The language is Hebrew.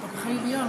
זה פקחי עירייה.